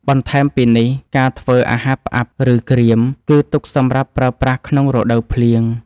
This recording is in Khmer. បន្ថែមពីនេះការធ្វើអាហារផ្អាប់ ឬក្រៀម គឺទុកសម្រាប់ប្រើប្រាស់ក្នុងរដូវភ្លៀង។